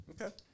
Okay